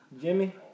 Jimmy